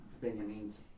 Benjamin's